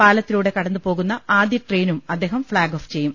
പാലത്തിലൂടെ കടന്നുപോകുന്ന ആദ്യ ട്രെയിനും അദ്ദേഹം ഫ്ളാഗ് ഓഫ് ചെയ്യും